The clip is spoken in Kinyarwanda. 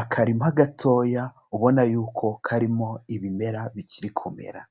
Akarima gatoya ubona yuko karimo ibimera bikiri kumera,